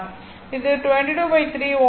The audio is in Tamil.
அது 223 Ω ஆக இருக்கும்